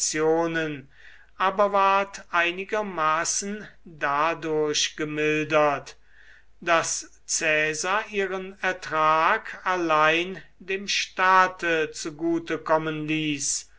einigermaßen dadurch gemildert daß caesar ihren ertrag allein dem staate zugute kommen ließ